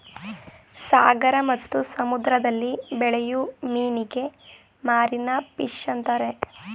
ಸಾಗರ ಮತ್ತು ಸಮುದ್ರದಲ್ಲಿ ಬೆಳೆಯೂ ಮೀನಿಗೆ ಮಾರೀನ ಫಿಷ್ ಅಂತರೆ